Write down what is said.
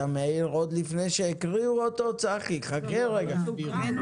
בוקר טוב ליושב-ראש ולחברי הוועדה, החידוד